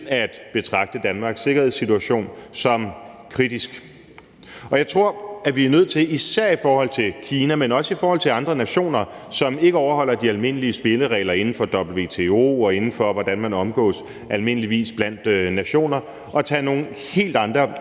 at betragte Danmarks sikkerhedssituation som kritisk. Jeg tror, at vi er nødt til, især i forhold til Kina, men også i forhold til andre nationer, som ikke overholder de almindelige spilleregler inden for WTO og inden for, hvordan nationer almindeligvis omgås, at tage nogle helt andre